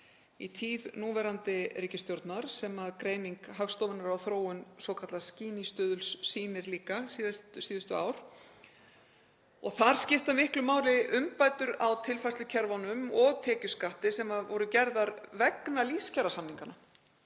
í tíð núverandi ríkisstjórnar sem greining Hagstofunnar á þróun svokallaðs Gini-stuðuls sýnir líka síðustu ár. Þar skipta miklu máli umbætur á tilfærslukerfunum og tekjuskatti sem voru gerðar vegna lífskjarasamninga.